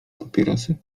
papierosy